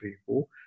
people